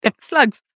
slugs